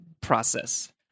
process